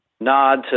nod